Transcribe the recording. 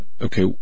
Okay